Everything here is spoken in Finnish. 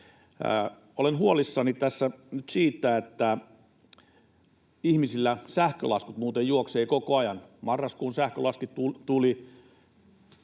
olen huolissani tässä nyt siitä, että ihmisillä sähkölaskut muuten juoksevat koko ajan: marraskuun sähkölasku tuli,